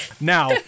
Now